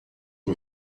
que